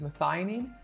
methionine